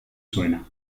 zuena